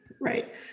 Right